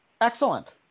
Excellent